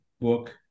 book